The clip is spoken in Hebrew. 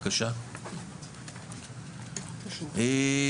שקף הבא,